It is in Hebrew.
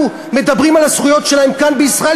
מדברים על הזכויות שלהם כאן בישראל,